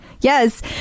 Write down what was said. yes